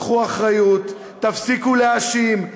קחו אחריות, תפסיקו להאשים.